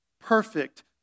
perfect